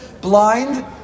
Blind